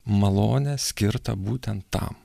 malonę skirtą būtent tam